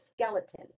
skeleton